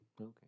Okay